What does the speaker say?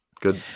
good